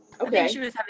Okay